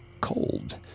cold